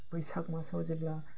बैसाग मासआव जेब्ला